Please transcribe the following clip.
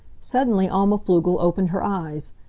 suddenly alma pflugel opened her eyes.